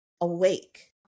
awake